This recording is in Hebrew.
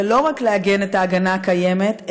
ולא רק לעגן את ההגנה הקיימת,